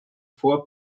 four